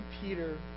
Peter